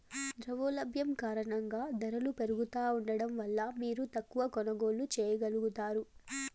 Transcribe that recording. ద్రవ్యోల్బణం కారణంగా దరలు పెరుగుతా ఉండడం వల్ల మీరు తక్కవ కొనుగోల్లు చేయగలుగుతారు